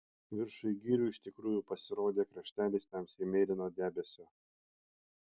viršuj girių iš tikrųjų pasirodė kraštelis tamsiai mėlyno debesio